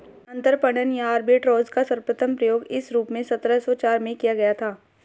अंतरपणन या आर्बिट्राज का सर्वप्रथम प्रयोग इस रूप में सत्रह सौ चार में किया गया था